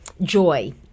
joy